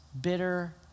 bitter